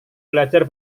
belajar